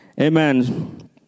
amen